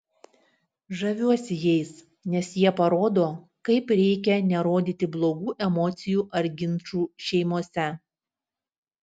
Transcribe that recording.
žaviuosi jais nes jie parodo kaip reikia nerodyti blogų emocijų ar ginčų šeimose